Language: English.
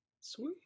Sweet